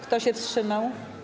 Kto się wstrzymał?